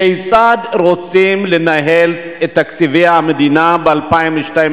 כיצד רוצים לנהל את תקציבי המדינה ב-2012?